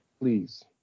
Please